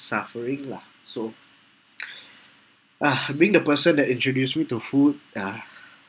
suffering lah so ah being the person that introduced me to food ah